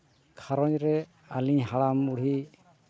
ᱜᱷᱟᱨᱚᱸᱡᱽ ᱨᱮ ᱟᱹᱞᱤᱧ ᱦᱟᱲᱟᱢ ᱵᱩᱲᱦᱤ